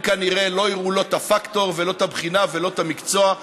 הם כנראה לא יראו לא את הפקטור ולא את הבחינה ולא את המקצוע.